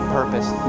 purpose